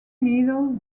needle